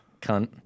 Cunt